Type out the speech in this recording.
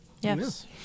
Yes